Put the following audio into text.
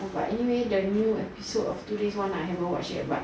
but anyway the new episode of two days one night haven watch yet but